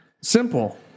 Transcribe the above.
simple